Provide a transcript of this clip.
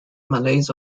malays